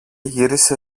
γύρισε